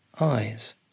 eyes